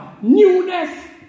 newness